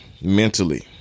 Mentally